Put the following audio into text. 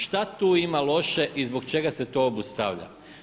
Šta tu ima loše i zbog čega se to obustavlja?